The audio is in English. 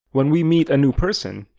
when we meet a new person,